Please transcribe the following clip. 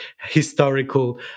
historical